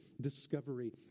discovery